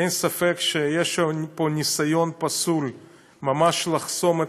אין ספק שיש פה ניסיון פסול לחסום את